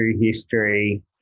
history